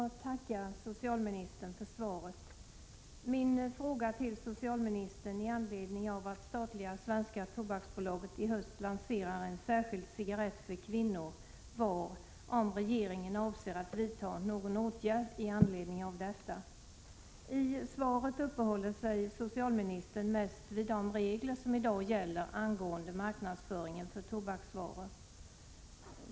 Herr talman! Jag tackar socialministern för svaret. I svaret uppehåller sig socialministern mest vid de regler som gäller i dag beträffande marknadsföring av tobaksvaror.